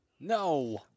No